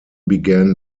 began